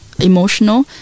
emotional